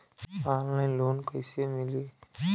Online loan कइसे मिली?